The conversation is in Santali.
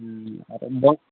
ᱟᱨ ᱵᱚᱫ